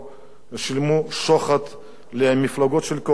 שילמו שוחד למפלגות של הקואליציה,